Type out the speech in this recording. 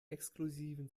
exklusiven